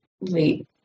Late